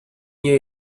nie